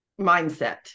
mindset